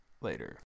later